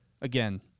Again